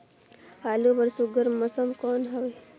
आलू बर सुघ्घर मौसम कौन हवे?